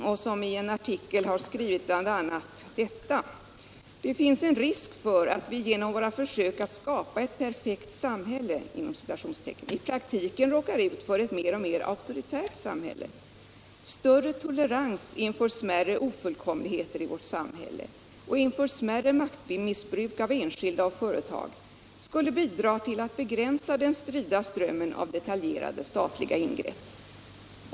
Professor Lindbeck har i en artikel skrivit bl.a. detta: ”Det finns en risk för att vi genom våra försök att skapa ett "perfekt samhälle” i praktiken råkar ut för ett mer och mer auktoritärt samhälle. Större tolerans inför smärre ofullkomligheter i vårt samhälle, och inför smärre maktmissbruk av enskilda och företag, skulle bidra till att begränsa den strida strömmen av detaljerade statliga ingrepp.